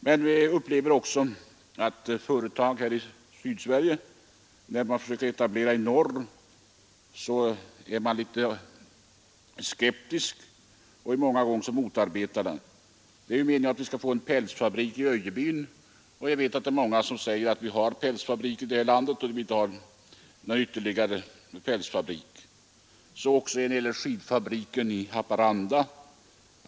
Men vi upplever också att företag i Sydsverige är skeptiska mot att etablera sig i norr, och många gånger motarbetar man en sådan etablering. Det är meningen att vi skall få en pälsfabrik i Öjebyn. Många säger att vi redan har tillräckligt många pälsfabriker här i landet och att vi inte behöver någon ytterligare. Ungefär detsamma gäller i fråga om den planerade skidfabriken i Haparanda.